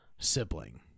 sibling